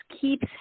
keeps